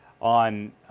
on –